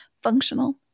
functional